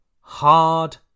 hard